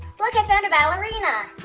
look i found a ballerina.